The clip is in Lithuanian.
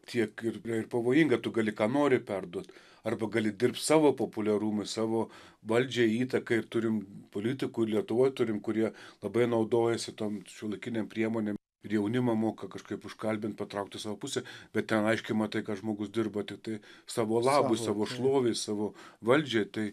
tiek ir ir pavojinga tu gali ką nori perduot arba gali dirbti savo populiarumui savo valdžiai įtakai ir turim politikų ir lietuvoj turim kurie labai naudojasi tom šiuolaikinėm priemonėm ir jaunimą moka kažkaip užkalbint patraukt į savo pusę bet ten aiškiai matai ką žmogus dirba tiktai savo labui savo šlovei savo valdžiai tai